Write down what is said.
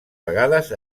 vegades